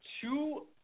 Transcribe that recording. two